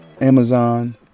Amazon